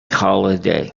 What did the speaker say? holiday